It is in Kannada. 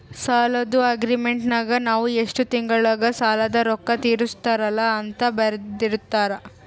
ಸಾಲದ್ದು ಅಗ್ರೀಮೆಂಟಿನಗ ನಾವು ಎಷ್ಟು ತಿಂಗಳಗ ಸಾಲದ ರೊಕ್ಕ ತೀರಿಸುತ್ತಾರ ಅಂತ ಬರೆರ್ದಿರುತ್ತಾರ